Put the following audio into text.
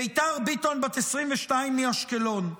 מיתר ביטון, בת 22, מאשקלון,